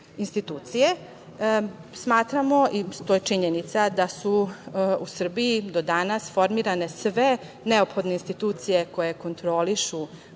izveštaj DRI. Smatramo i to je činjenica da su u Srbiji do danas formirane sve neophodne institucije koje kontrolišu